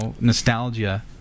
nostalgia